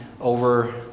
over